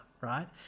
right